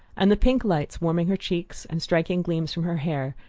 and the pink lights, warming her cheeks and striking gleams from her hair,